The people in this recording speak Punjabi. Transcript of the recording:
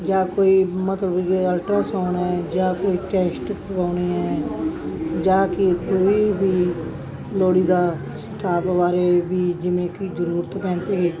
ਜਾਂ ਕੋਈ ਮਤਲਬ ਜੇ ਅਲਟਰਾਸੌਨ ਏ ਜਾਂ ਕੋਈ ਟੈਸਟ ਕਰਾਉਣੇ ਹੈਂ ਜਾਂ ਕਿ ਕੋਈ ਵੀ ਲੋੜੀਂਦਾ ਸਟਾਫ਼ ਬਾਰੇ ਵੀ ਜਿਵੇਂ ਕਿ ਜ਼ਰੂਰਤ ਪੈਣ 'ਤੇ